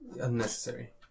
Unnecessary